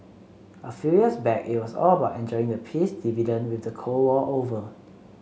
a few years back it was all about enjoying the peace dividend with the Cold War over